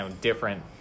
different